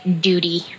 Duty